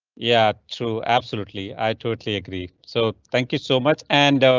yeah too absolutely. i totally agree. so thank you so much. and,